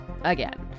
Again